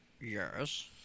Yes